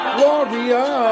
warrior